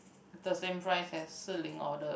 the same price as Shihlin or the